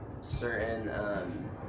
certain